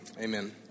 Amen